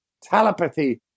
telepathy